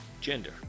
gender